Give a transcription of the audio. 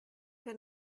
que